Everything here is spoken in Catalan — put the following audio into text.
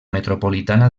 metropolitana